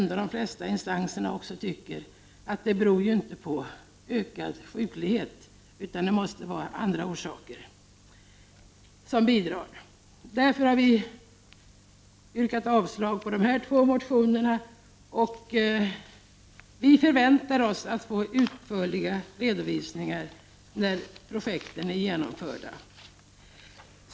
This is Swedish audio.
De flesta instanser anser att det inte har att göra med ökad sjuklighet, utan det måste vara andra orsaker. Vi har därför avstyrkt de båda motionerna. Vi förväntar oss att få en utförlig redovisning när projekten är genomförda.